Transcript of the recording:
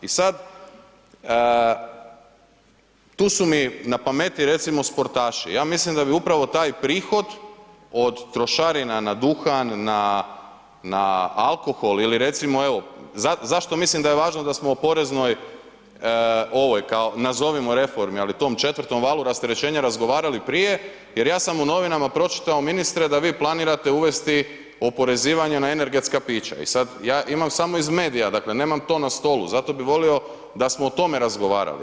I sada tu su mi na pameti recimo sportaši, ja mislim da bi upravo taj prihod od trošarina na duhan, na alkohol ili recimo evo, zašto mislim da je važno da smo o poreznoj ovoj kao nazovimo reformi, ali tom četvrtom valu rasterećenja razgovarali prije jer ja sam u novinama pročitao ministre da vi planirate uvesti oporezivanje na energetska pića i sada ja samo imam iz medija, nemam to na stolu, zato bi volio da smo o tome razgovarali.